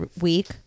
week